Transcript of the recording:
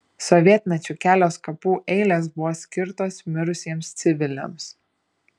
sovietmečiu kelios kapų eilės buvo skirtos mirusiems civiliams